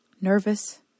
Nervous